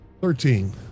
Thirteen